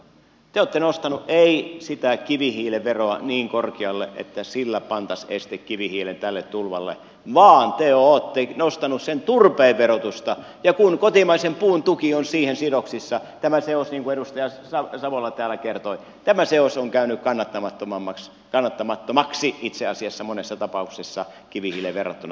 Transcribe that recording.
te ette ole nostaneet sitä kivihiilen veroa niin korkealle että sillä pantaisiin este tälle kivihiilen tulvalle vaan te olette nostaneet sen turpeen verotusta ja kun kotimaisen puun tuki on siihen sidoksissa tämä seos niin kuin edustaja savola täällä kertoi on käynyt kannattamattomaksi itse asiassa monessa tapauksessa kivihiileen verrattuna